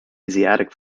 asiatic